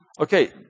okay